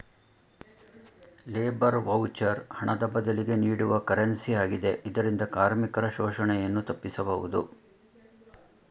labour voucher ಹಣದ ಬದಲಿಗೆ ನೀಡುವ ಕರೆನ್ಸಿ ಆಗಿದೆ ಇದರಿಂದ ಕಾರ್ಮಿಕರ ಶೋಷಣೆಯನ್ನು ತಪ್ಪಿಸಬಹುದು